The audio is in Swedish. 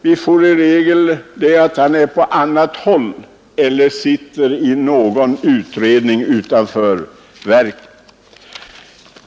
Vi får i regel beskedet att han är på annat håll eller sitter i någon utredning utanför verket.